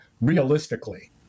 realistically